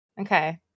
Okay